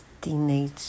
teenage